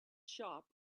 shop